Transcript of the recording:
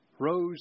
Rose